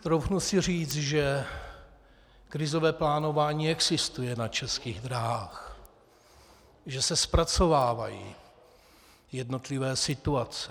Troufnu si říct, že krizové plánování existuje na Českých dráhách, že se zpracovávají jednotlivé situace.